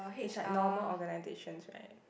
is like normal organizations right